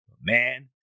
man